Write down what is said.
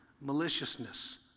maliciousness